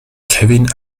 kevin